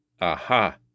Aha